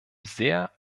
sehr